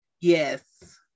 Yes